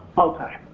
okay.